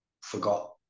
forgot